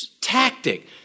tactic